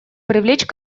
привлечь